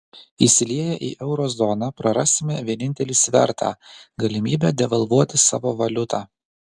įsilieję į euro zoną prarasime vienintelį svertą galimybę devalvuoti savo valiutą